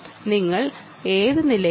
നിങ്ങൾ ഏത് നിലയിലാണ്